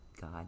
God